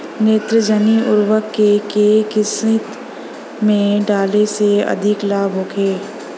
नेत्रजनीय उर्वरक के केय किस्त में डाले से अधिक लाभ होखे?